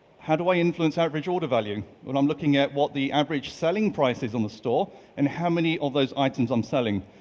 how do i influence average order value? when i'm looking at what the average selling price is on the store and how many of those items i'm selling.